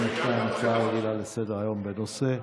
ל-42: הצעה רגילה לסדר-היום בנושא,